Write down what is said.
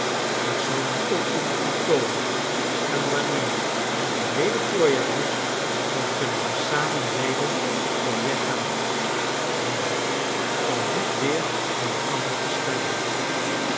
ik zal hun opvoeding voltooien en wanneer het dan weder voorjaar is dan kunnen wij samen weder op weg gaan rémi om niet weer van elkander te scheiden